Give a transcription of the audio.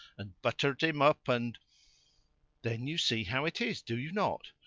and buttered him up, and then you see how it is, do you not?